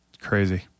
crazy